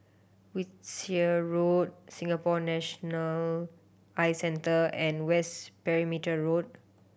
Wiltshire Road Singapore National Eye Centre and West Perimeter Road